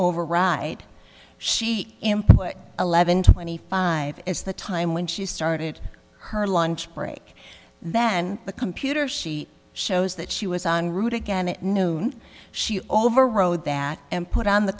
override she employed eleven twenty five is the time when she started her lunch break then the computer she shows that she was on route again at noon she overrode that and put on the